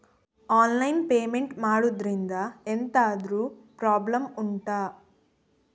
online payment ಮಾಡುದ್ರಿಂದ ಎಂತಾದ್ರೂ problem ಉಂಟಾ